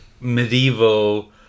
medieval